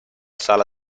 sala